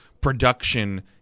production